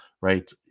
Right